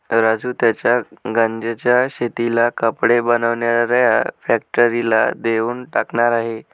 राजू त्याच्या गांज्याच्या शेतीला कपडे बनवणाऱ्या फॅक्टरीला देऊन टाकणार आहे